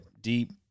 deep